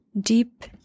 deep